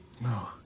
No